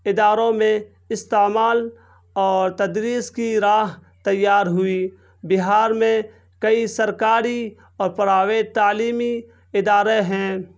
اداروں میں استعمال اور تدریس کی راہ تیار ہوئی بہار میں کئی سرکاری اور پراویٹ تعلیمی ادارے ہیں